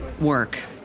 work